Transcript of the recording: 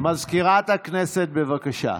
מזכירת הכנסת, בבקשה.